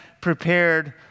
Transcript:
prepared